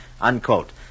Unquote